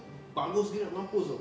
bagus gila nak mampus [tau]